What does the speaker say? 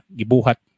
gibuhat